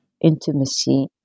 intimacy